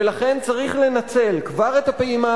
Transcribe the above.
ולכן צריך לנצל כבר את הפעימה